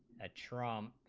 ah trauma